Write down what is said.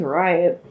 right